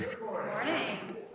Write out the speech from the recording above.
morning